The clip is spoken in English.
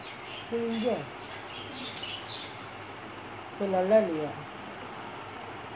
இப்போ நல்லாலயா:ippo nallalayaa